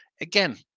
Again